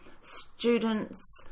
students